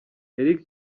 eric